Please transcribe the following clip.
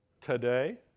Today